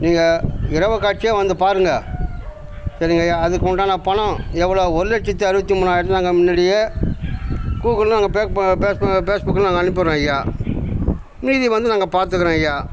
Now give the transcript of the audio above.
நீங்கள் இரவு காட்சியே வந்து பாருங்கள் சரிங்கய்யா அதுக்கு உண்டான பணம் எவ்வளோ ஒரு லட்சத்தி அறுபத்தி மூணாயிரம்னாங்க முன்னாடியே கூகுள் நாங்கள் பேக்ப்ப பேஸ்ப பேஸ்புக்கும் நாங்கள் அனுப்பி விட்றோம் ஐயா மீதியை வந்து நாங்கள் பார்த்துக்குறோம் ஐயா